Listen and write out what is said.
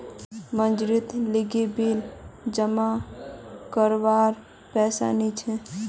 मनजीतेर लीगी बिल जमा करवार पैसा नि छी